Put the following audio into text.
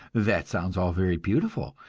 that sounds all very beautiful,